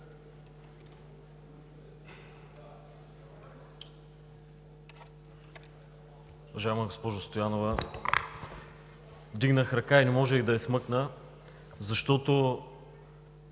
Уважаема госпожо Стоянова, вдигнах ръка и не можех да я смъкна, защото